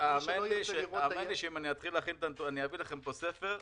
אם אתחיל להכין את הנתונים, אביא לכם פה ספר,